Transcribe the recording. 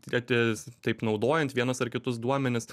kad taip naudojant vienus ar kitus duomenis